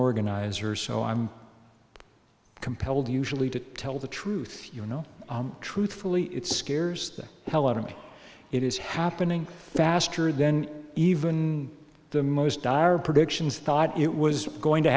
organizer so i'm compelled usually to tell the truth you know truthfully it scares the hell out of me it is happening faster than even the most dire predictions thought it was going to